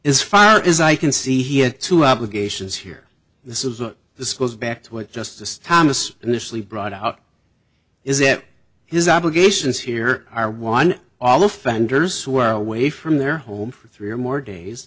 is fire is i can see he had two obligations here this is it this goes back to what justice thomas initially brought out is it his obligations here are one all offenders who are away from their home for three or more days